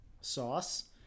sauce